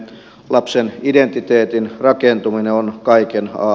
lapsen identiteetin rakentuminen on kaiken a ja o